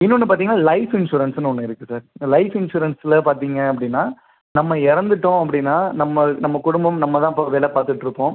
இன்னொன்னு பார்த்தீங்கனா லைஃப் இன்ஷுரன்ஸ்னு ஒன்று இருக்குது சார் இந்த லைஃப் இன்ஷுரன்ஸில் பார்த்தீங்க அப்படினா நம்ம இறந்துட்டோம் அப்படினா நம்ம நம்ம குடும்பம் நம்ம தான் இப்போ வேலை பார்த்துட்ருப்போம்